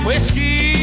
Whiskey